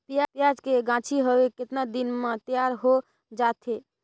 पियाज के गाछी हवे कतना दिन म तैयार हों जा थे?